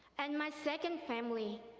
and my second family,